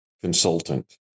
consultant